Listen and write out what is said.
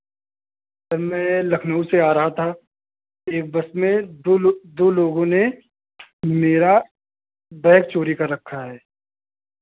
sir मैं लखनऊ से आ रहा था एक बस में दो लोग दो लोगों ने मेरा बैग चोरी कर रखा है